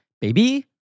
Baby